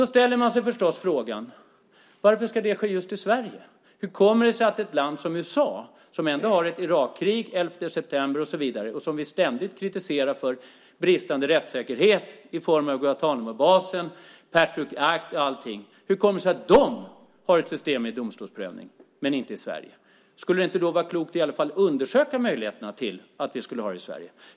Då ställer man sig frågan: Varför ska det ske just i Sverige? USA har ett Irakkrig, elfte september och så vidare och vi kritiserar dem ständigt för bristande rättssäkerhet i form av Guantánamobasen och Patriot Act. Hur kommer det sig att USA har ett system med domstolsprövning, men inte Sverige? Vore det inte klokt att åtminstone undersöka möjligheten att ha det i Sverige?